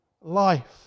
life